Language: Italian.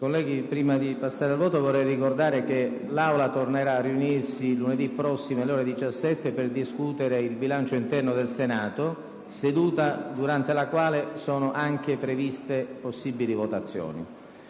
Colleghi, prima di passare al voto, vorrei ricordare che l'Aula tornerà a riunirsi lunedì prossimo, alle ore 17, per discutere il bilancio interno del Senato. Durante tale seduta saranno anche possibili votazioni.